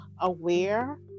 aware